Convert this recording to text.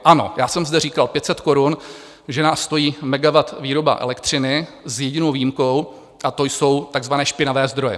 Ano, já jsem zde říkal 500 korun, že nás stojí megawatt výroba elektřiny, s jedinou výjimkou a to jsou takzvané špinavé zdroje.